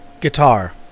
guitar